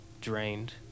drained